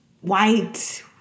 white